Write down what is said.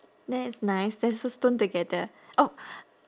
that is nice let's all stone together oh